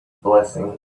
blessing